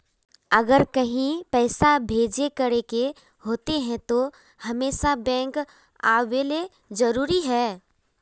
अगर कहीं पैसा भेजे करे के होते है तो हमेशा बैंक आबेले जरूरी है?